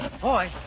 Boy